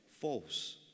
false